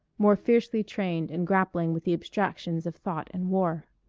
more fiercely trained and grappling with the abstractions of thought and war.